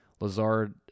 lazard